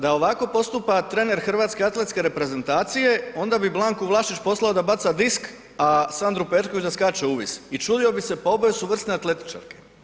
Da ovako postupa trener Hrvatske atletske reprezentacije, onda bi Blanku Vlašić poslao da baca disk a Sandru Perković da skače u vis i čudio bi se, pa oboje su vrsne atletičarke.